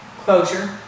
Closure